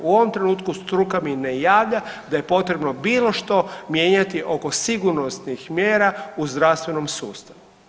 U ovom trenutku struka mi ne javlja da je potrebno bilo što mijenjati oko sigurnosnih mjera u zdravstvenom sustavu.